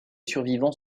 survivants